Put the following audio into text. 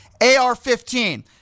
AR-15